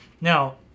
Now